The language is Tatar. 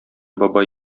бабай